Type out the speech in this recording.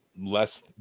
Less